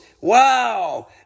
Wow